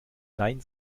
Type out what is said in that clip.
nein